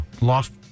Lost